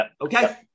Okay